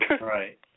Right